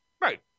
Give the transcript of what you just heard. Right